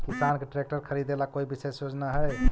किसान के ट्रैक्टर खरीदे ला कोई विशेष योजना हई?